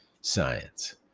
science